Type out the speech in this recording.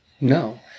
No